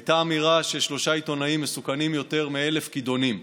הייתה אמירה ששלושה עיתונאים מסוכנים יותר מאלף כידונים.